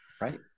right